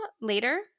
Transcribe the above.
later